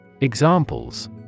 Examples